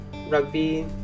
rugby